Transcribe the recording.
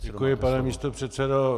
Děkuji, pane místopředsedo.